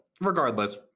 regardless